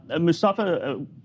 Mustafa